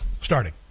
Starting